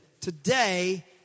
Today